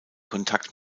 kontakt